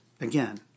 again